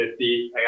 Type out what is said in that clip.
50